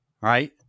Right